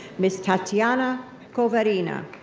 miss tatiana koverina.